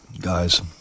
Guys